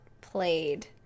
played